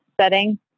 setting